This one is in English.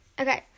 Okay